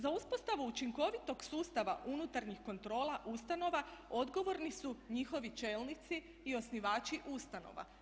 Za uspostavu učinkovitog sustava unutarnjih kontrola ustanova odgovorni su njihovi čelnici i osnivači ustanova.